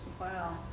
Wow